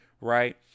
right